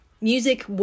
music